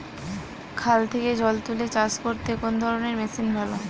খাল থেকে জল তুলে চাষ করতে কোন ধরনের মেশিন ভালো?